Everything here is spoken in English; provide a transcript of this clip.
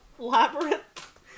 Labyrinth